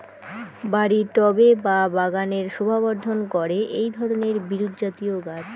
বাড়ির টবে বা বাগানের শোভাবর্ধন করে এই ধরণের বিরুৎজাতীয় গাছ